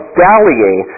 dallying